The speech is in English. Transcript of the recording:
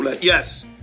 Yes